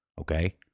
okay